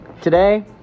Today